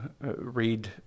read